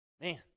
Man